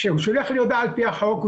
כשהוא שולח לי הודעה על פי החוק הוא